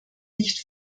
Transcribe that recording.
nicht